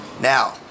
Now